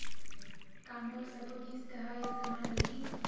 का मोर सबो किस्त ह एक समान रहि?